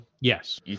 Yes